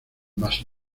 más